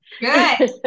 Good